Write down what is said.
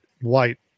white